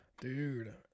Dude